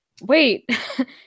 wait